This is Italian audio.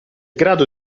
grado